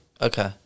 Okay